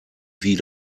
wie